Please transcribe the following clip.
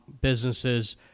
businesses